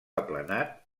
aplanat